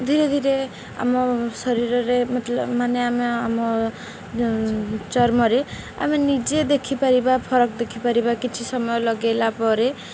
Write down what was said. ଧୀରେ ଧୀରେ ଆମ ଶରୀରରେ ମତଲବ ମାନେ ଆମେ ଆମ ଚର୍ମରେ ଆମେ ନିଜେ ଦେଖିପାରିବା ଫରକ ଦେଖିପାରିବା କିଛି ସମୟ ଲଗାଇଲା ପରେ